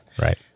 right